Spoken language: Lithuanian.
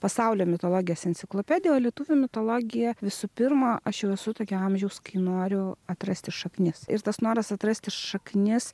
pasaulio mitologijos enciklopedija o lietuvių mitologija visų pirma aš jau esu tokio amžiaus kai noriu atrasti šaknis ir tas noras atrasti šaknis